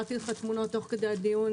העברתי לך תמונות תוך כדי הדיון,